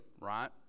right